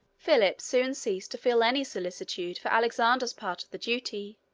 philip soon ceased to feel any solicitude for alexander's part of the duty.